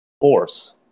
force